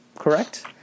Correct